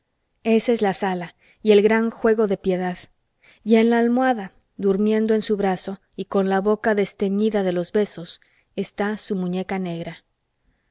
ésa es la sala y el gran juego de piedad y en la almohada durmiendo en su brazo y con la boca desteñida de los besos está su muñeca negra